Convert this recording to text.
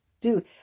dude